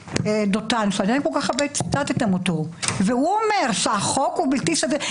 דותן שכל כך הרבה ציטטתם אותו והוא אומר שהחוק הוא בלתי סביר?